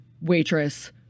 waitress